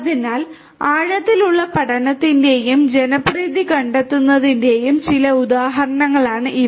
അതിനാൽ ആഴത്തിലുള്ള പഠനത്തിന്റെയും ജനപ്രീതി കണ്ടെത്തുന്നതിന്റെയും ചില ഉദാഹരണങ്ങളാണ് ഇവ